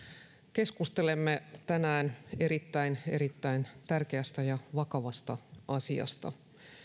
keskustelemme tänään erittäin erittäin tärkeästä ja vakavasta asiasta